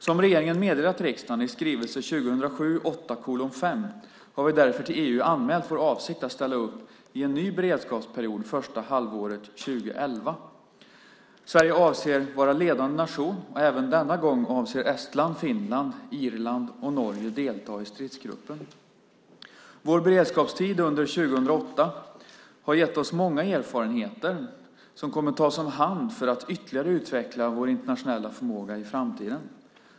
Som regeringen meddelat riksdagen i skrivelse 2007/08:5 har vi därför till EU anmält vår avsikt att ställa upp i en ny beredskapsperiod första halvåret 2011. Sverige avser att vara ledande nation, och även denna gång avser Estland, Finland, Irland och Norge att delta i stridsgruppen. Vår beredskapstid under år 2008 har gett oss många erfarenheter vilka kommer att tas om hand för att ytterligare utveckla vår internationella förmåga i framtiden.